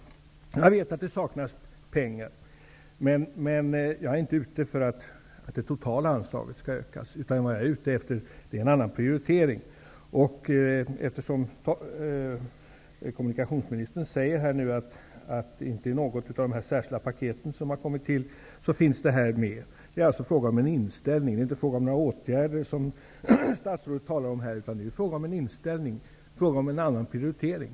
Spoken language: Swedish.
Jag vet att det saknas pengar. Men jag är inte ute efter att det totala anslaget skall ökas. Jag är ute efter en annan prioritering. Kommunikationsministern säger att detta inte finns med i något av de särskilda paket som har kommit till. Här är det fråga om olika inställningar. Det är inte fråga om några åtgärder, som statsrådet talar om, utan om olika inställningar och en annan prioritering.